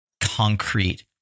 concrete